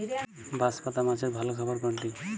বাঁশপাতা মাছের ভালো খাবার কোনটি?